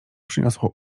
przyniosło